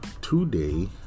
today